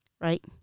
Right